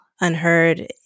unheard